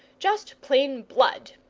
just plain blood,